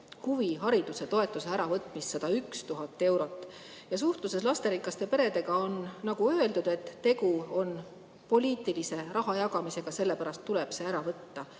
huvihariduse toetuse äravõtmist – 101 000 eurot. Suhtluses lasterikaste peredega on nagu öeldud, et tegu on poliitilise rahajagamisega, sellepärast tuleb see ära võtta.